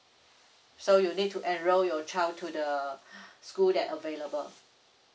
so you need to enroll your child to the school that available